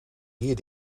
hier